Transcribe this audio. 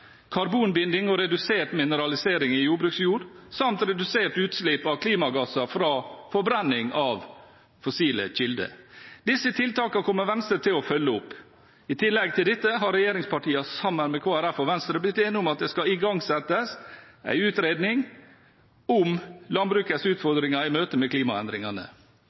karbonbinding og redusert mineralisering i jordbruksjord samt reduserte utslipp av klimagasser fra forbrenning av fossile kilder. Disse tiltakene kommer Venstre til å følge opp. I tillegg til dette har regjeringspartiene sammen med Kristelig Folkeparti og Venstre blitt enige om at det skal igangsettes en utredning om landbrukets utfordringer i møte med klimaendringene.